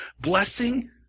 blessing